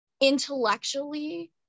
intellectually